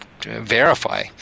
verify